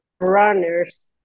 runners